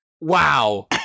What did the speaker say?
Wow